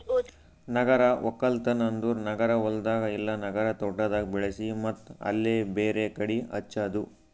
ನಗರ ಒಕ್ಕಲ್ತನ್ ಅಂದುರ್ ನಗರ ಹೊಲ್ದಾಗ್ ಇಲ್ಲಾ ನಗರ ತೋಟದಾಗ್ ಬೆಳಿಸಿ ಮತ್ತ್ ಅಲ್ಲೇ ಬೇರೆ ಕಡಿ ಹಚ್ಚದು